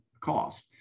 cost